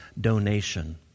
donation